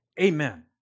Amen